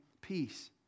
peace